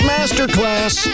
Masterclass